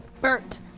Bert